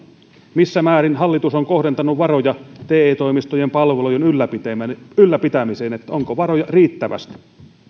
missä määrin hallitus on kohdentanut varoja te toimistojen palvelujen ylläpitämiseen ylläpitämiseen onko varoja riittävästi